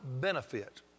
benefit